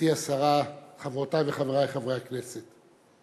גברתי השרה, חברותי וחברי חברי הכנסת,